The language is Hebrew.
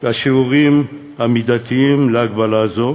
השיעורים המידתיים להגבלה זו